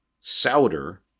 Souter